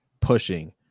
pushing